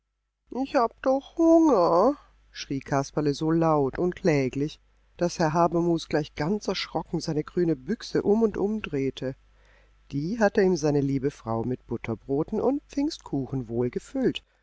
ich hab doch hunger schrie kasperle so laut und kläglich daß herr habermus gleich ganz erschrocken seine grüne büchse um und umdrehte die hatte ihm seine liebe frau mit butterbroten und pfingstkuchen wohl gefüllt